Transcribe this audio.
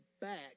back